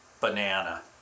banana